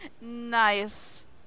Nice